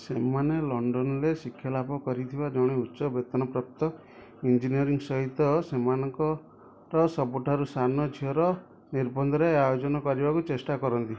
ସେମାନେ ଲଣ୍ଡନରେ ଶିକ୍ଷାଲାଭ କରିଥିବା ଜଣେ ଉଚ୍ଚ ବେତନ ପ୍ରାପ୍ତ ଇଞ୍ଜିନିୟରଙ୍କ ସହିତ ସେମାନଙ୍କର ସବୁଠାରୁ ସାନ ଝିଅର ନିର୍ବନ୍ଧରେ ଆୟୋଜନ କରିବାକୁ ଚେଷ୍ଟା କରନ୍ତି